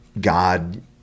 god